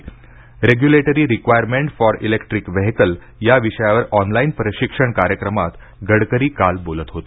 regulatory requirement for electric vehicle या विषयावर online प्रशिक्षण कार्यक्रमात गडकरी काल बोलत होते